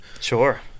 sure